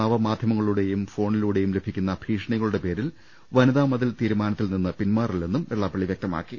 നവമാധ്യമങ്ങളി ലൂടെയും ഫോണിലൂടെയും ലഭിക്കുന്ന ഭീഷണികളുടെ പേരിൽ വനിതാമതിൽ തീരുമാനത്തിൽ നിന്ന് പിൻമാറി ല്ലെന്നും വെള്ളാപ്പള്ളി വ്യക്തമാക്കി